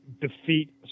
defeat